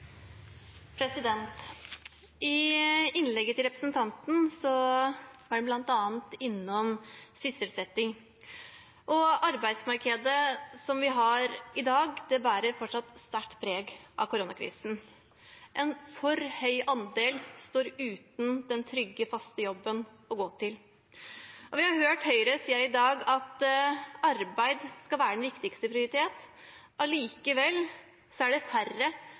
I innlegget til representanten var han bl.a. innom sysselsetting. Arbeidsmarkedet som vi har i dag, bærer fortsatt sterkt preg av koronakrisen. En for høy andel står uten den trygge, faste jobben å gå til. Vi har hørt fra høyresiden i dag at arbeid skal være den viktigste prioriteten. Allikevel er det færre